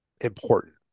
important